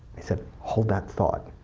i said hold that thought.